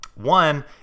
One